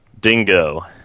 Dingo